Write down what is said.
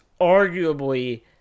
arguably